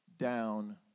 down